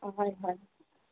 হয় হয়